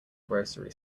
grocery